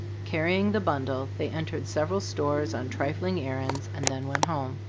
carrying the bundle, they entered several stores on trifling errands, and then went home.